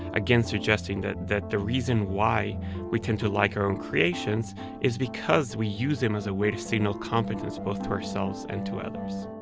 again, suggesting that that the reason why we tend to like our own creations is because we use them as a way to signal competence, both to ourselves and to others